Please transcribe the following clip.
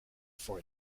for